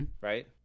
Right